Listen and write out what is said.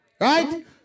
Right